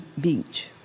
Beach